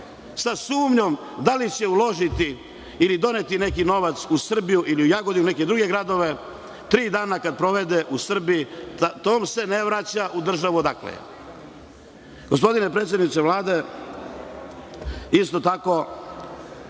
sa sumnjom da li će uložiti ili doneti neki novac u Srbiju ili u Jagodinu ili u neke druge gradove, tri dana kada provede u Srbiji, ne vraća se u državu odakle je. Gospodine predsedniče Vlade, isto tako